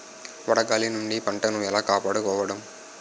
వడగాలి నుండి పంటను ఏలా కాపాడుకోవడం?